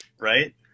Right